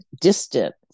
distant